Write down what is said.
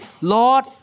Lord